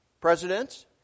presidents